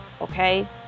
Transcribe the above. okay